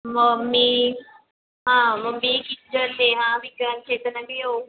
मग मी हां मग मी किंजल नेहा विजन चेतन आम्ही येऊ